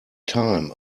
time